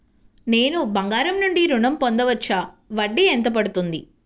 నేను బంగారం నుండి ఋణం పొందవచ్చా? వడ్డీ ఎంత పడుతుంది?